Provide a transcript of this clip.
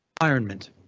environment